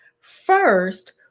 First